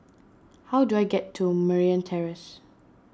how do I get to Merryn Terrace